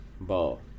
Ball